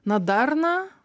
na darną